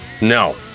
no